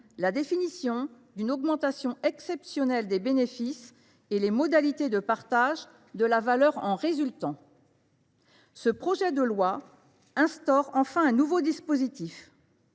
la définition d’une augmentation exceptionnelle des bénéfices et les modalités de partage de la valeur en résultant. Enfin, ce projet de loi instaure un nouveau dispositif,